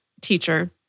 Teacher